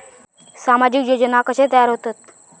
सामाजिक योजना कसे तयार होतत?